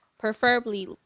preferably